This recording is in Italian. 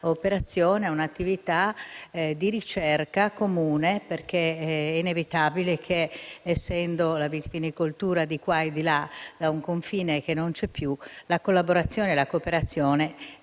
un'operazione e a un'attività di ricerca comune, perché è inevitabile che, essendo la vitivinicoltura al di qua e al di là di un confine che non c'è più, la collaborazione e la cooperazione